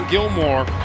Gilmore